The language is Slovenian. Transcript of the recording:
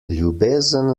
ljubezen